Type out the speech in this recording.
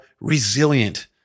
resilient